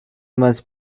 must